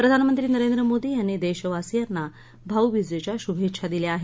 प्रधानमंत्री नरेंद्र मोदी यांनी देशवासीयांना भाऊबीजेच्या शुभेच्छा दिल्या आहेत